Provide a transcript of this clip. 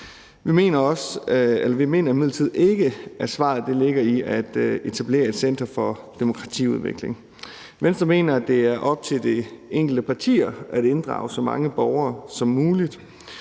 ikke, at svaret ligger i at etablere et center for demokratiudvikling. Venstre mener, at det er op til de enkelte partier at inddrage så mange borgere som muligt.